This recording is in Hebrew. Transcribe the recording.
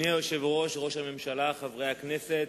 אדוני היושב-ראש, ראש הממשלה, חברי הכנסת,